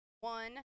one